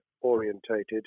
orientated